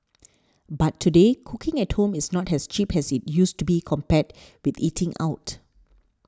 but today cooking at home is not as cheap as it used to be compared with eating out